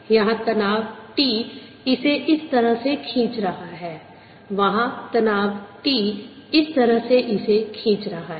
यहाँ तनाव T इसे इस तरह से खींच रहा है वहाँ तनाव T इस तरह से इसे खींच रहा है